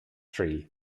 tree